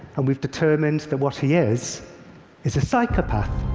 and we've determined that what he is is a psychopath.